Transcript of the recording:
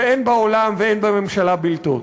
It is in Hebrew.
ואין בעולם ואין בממשלה בלתו.